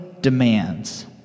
demands